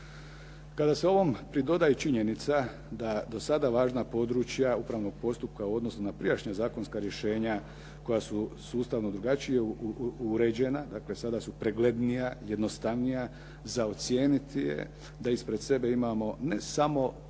Kada se ovom pridoda i činjenica da do sada važna područja upravnog postupka u odnosu na prijašnja zakonska rješenja koja su sustavno drugačije uređena, dakle sada su preglednija, jednostavnija za ocijeniti je da ispred sebe imamo ne samo važan